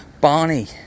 Barney